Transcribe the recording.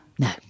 No